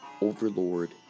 Overlord